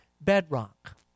bedrock